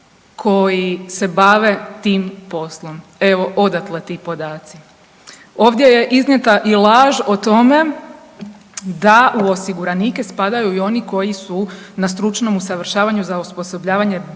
koji se bave tim poslom. Evo odatle ti podaci. Ovdje je iznijeta i laž o tome da u osiguranike spadaju i oni koji su na stručnom usavršavanju za osposobljavanje bez